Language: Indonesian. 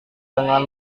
dengan